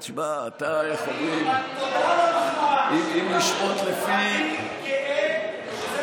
תשמע, אתה, אם נשפוט לפי, תודה